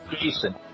Jason